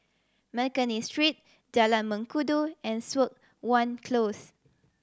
McNally Street Jalan Mengkudu and Siok Wan Close